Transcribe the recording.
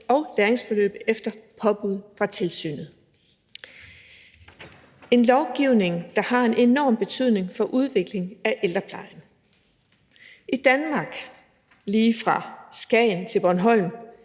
og læringsforløb efter påbud fra tilsynet. Det er en lovgivning, der har en enorm betydning for udvikling af ældreplejen. I Danmark lige fra Skagen til Bornholm